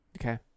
Okay